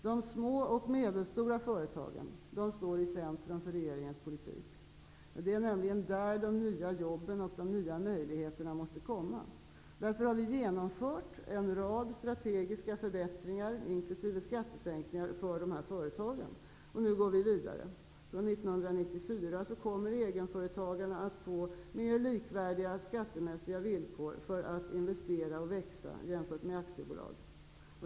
De små och medelstora företagen står i centrum för regeringens politik. Det är nämligen där som de nya jobben och de nya möjligheterna måste komma. Därför har vi genomfört en rad strategiska förbättringar inkl. skattesänkningar för dessa företag. Nu går vi vidare. Från 1994 kommer egenföretagarna att få mer likvärdiga skattemässiga villkor för att investera och växa jämfört med aktiebolag.